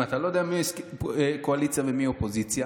אם אתה לא יודע מי קואליציה ומי אופוזיציה,